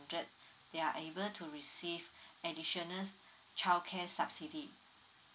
they are able to receive additional childcare subsidy